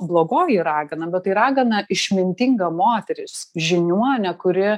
blogoji ragana bet tai ragana išmintinga moteris žiniuonė kuri